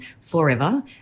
forever